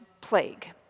plague